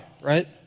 right